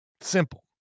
Simple